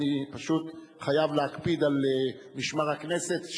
אני פשוט חייב להקפיד על משמר הכנסת,